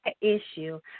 issue